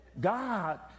God